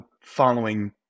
following